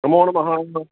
नमो नमः